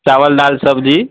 चावल दालि सब्जी